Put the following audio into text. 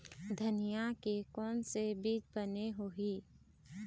धनिया के कोन से बीज बने होही?